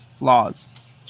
laws